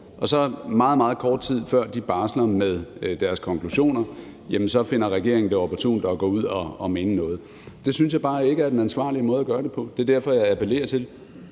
Meget, meget kort tid før de barsler med deres konklusioner, finder regeringen det opportunt at gå ud og mene noget. Det synes jeg bare ikke er den ansvarlige måde at gøre det på. Det er derfor, jeg appellerer til